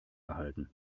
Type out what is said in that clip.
erhalten